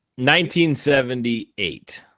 1978